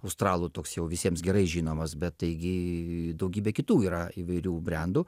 australų toks jau visiems gerai žinomas bet taigi daugybė kitų yra įvairių brendų